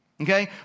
Okay